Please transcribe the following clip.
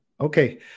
okay